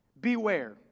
Beware